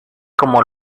cómo